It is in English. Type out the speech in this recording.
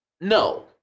No